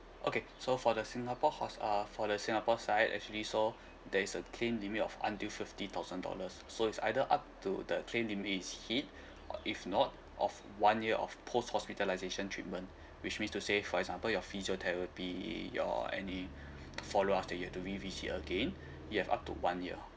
okay so for the singapore hos~ uh for the singapore side actually so there is a claim limit of until fifty thousand dollars so it's either up to the claim limit is hit or if not of one year of post hospitalisation treatment which mean to say for example your physiotherapy your any follow up that you have to revisit again you have up to one year